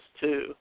two